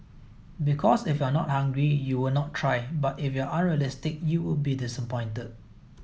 because if you are not hungry you would not try but if you are unrealistic you would be disappointed